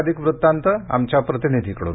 अधिक वृत्तांत आमच्या प्रतिनिधीकडून